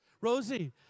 Rosie